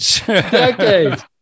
Decades